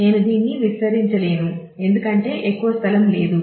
నేను దీన్ని విస్తరించలేను ఎందుకంటే ఎక్కువ స్థలం లేదు